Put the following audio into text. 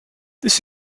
this